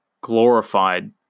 glorified